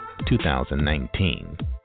2019